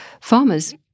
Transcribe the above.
farmers